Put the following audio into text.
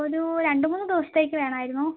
ഒരു രണ്ടു മൂന്ന് ദിവസത്തേക്ക് വേണമായിരുന്നു